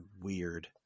weird